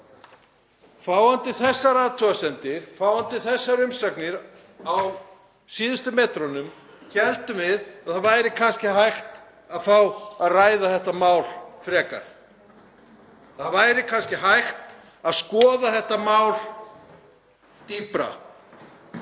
Fáandi þessar athugasemdir, fáandi þessar umsagnir á síðustu metrunum héldum við að kannski væri hægt að fá að ræða þetta mál frekar, það væri kannski hægt að skoða þetta mál dýpra.